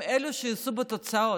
הם אלה שיישאו בתוצאות.